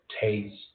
taste